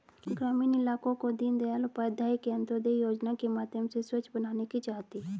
ग्रामीण इलाकों को दीनदयाल उपाध्याय अंत्योदय योजना के माध्यम से स्वच्छ बनाने की चाह थी